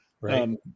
Right